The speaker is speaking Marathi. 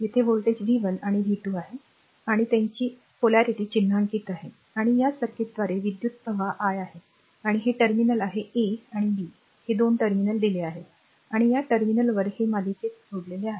तेथे व्होल्टेज v 1 आणि v 2 आहे आणि त्यांची ध्रुवप्रवृत्ती चिन्हांकित आहे आणि या सर्किटद्वारे विद्युत् प्रवाह i आहे आणि हे टर्मिनल आहे a आणि b हे 2 टर्मिनल दिले आहेत आणि या टर्मिनलवर हे मालिकेत जोडलेले आहे